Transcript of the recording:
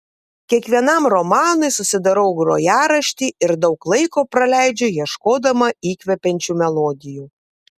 kiekvienam romanui susidarau grojaraštį ir daug laiko praleidžiu ieškodama įkvepiančių melodijų